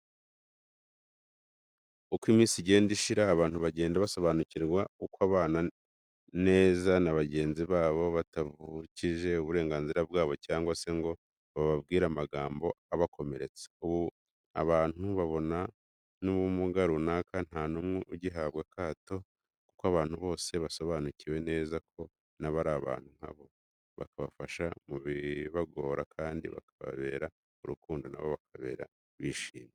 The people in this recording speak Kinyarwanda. Uko iminsi igenda ishira abantu bagenda basobanukirwa uko babana neza na bagenzi babo batabavukije uburenganzira bwabo cyangwa se ngo bababwire amagambo abakomeretsa. Ubu abantu babana n'ubumuga runaka nta n'umwe ugihabwa akato kuko abantu bose basobanukiwe neza ko na bo ari abantu nka bo, bakabafasha mu bibagora kandi bakabereka urukundo na bo bakabaho bishimye.